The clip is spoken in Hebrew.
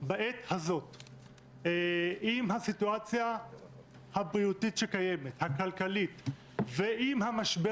בעת הזאת עם הסיטואציה הבריאותית והכלכלית שקיימת ועם המשבר